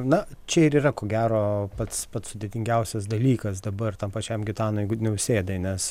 na čia ir yra ko gero pats pats sudėtingiausias dalykas dabar tam pačiam gitanui nausėdai nes